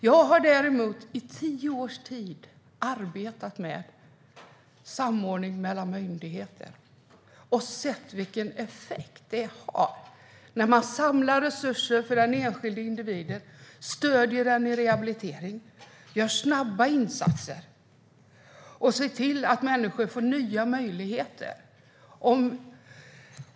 Jag har i tio års tid arbetat med samordning mellan myndigheter och sett vilken effekt det har när man samlar resurser för den enskilde individen, ger stöd i rehabiliteringen, gör snabba insatser och ser till att människor får nya möjligheter.